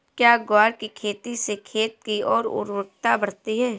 क्या ग्वार की खेती से खेत की ओर उर्वरकता बढ़ती है?